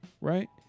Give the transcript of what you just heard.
right